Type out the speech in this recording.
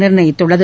நிர்ணயித்துள்ளது